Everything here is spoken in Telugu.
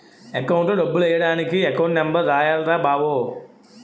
అకౌంట్లో డబ్బులెయ్యడానికి ఎకౌంటు నెంబర్ రాయాల్రా బావో